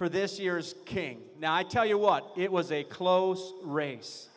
for this year's king now i tell you what it was a close race